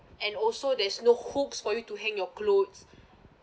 and also there's no hooks for you to hang your clothes